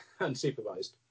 unsupervised